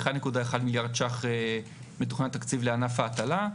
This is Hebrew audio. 1.1 מיליארד שקלים מתוכנן תקציב לענף ההטלה.